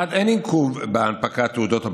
1. אין עיכוב בהנפקת תעודות הבגרות.